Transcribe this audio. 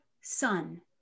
sun